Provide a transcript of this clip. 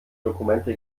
dokumente